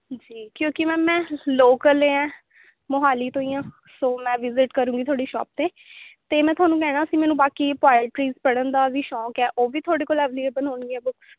ਜੀ ਕਿਉਂਕਿ ਮੈਮ ਮੈਂ ਲੋਕਲ ਐਂ ਮੋਹਾਲੀ ਤੋਂ ਹੀ ਹਾਂ ਸੋ ਮੈਂ ਵਿਸਿਟ ਕਰੂਂਗੀ ਤੁਹਾਡੀ ਸ਼ਾਪ 'ਤੇ ਅਤੇ ਮੈਂ ਤੁਹਾਨੂੰ ਕਹਿਣਾ ਸੀ ਮੈਨੂੰ ਬਾਕੀ ਪੋਇਟਰੀਜ਼ ਪੜ੍ਹਨ ਦਾ ਵੀ ਸ਼ੌਂਕ ਹੈ ਉਹ ਵੀ ਤੁਹਾਡੇ ਕੋਲ਼ ਅਵੇਲੇਵਲ ਹੋਣਗੀਆਂ ਬੁੱਕਸ